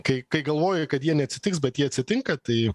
kai kai galvoji kad jie neatsitiks bet jie atsitinka tai